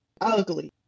ugly